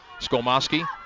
Skolmoski